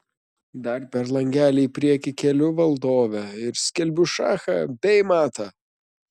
dar per langelį į priekį keliu valdovę ir skelbiu šachą bei matą